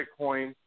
Bitcoin